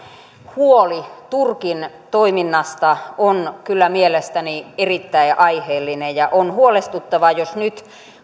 huoli turkin toiminnasta on kyllä mielestäni erittäin aiheellinen ja on huolestuttavaa jos nyt